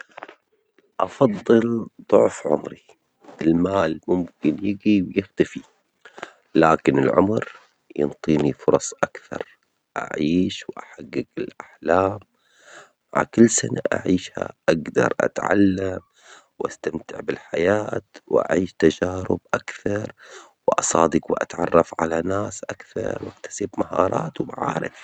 هل تفضل أن يكون لديك ضِعف مالك أم ضِعف عُمرِك؟ ولماذا؟